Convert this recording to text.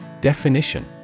Definition